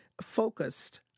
focused